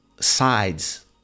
sides